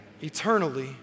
eternally